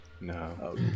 no